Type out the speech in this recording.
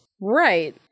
Right